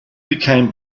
became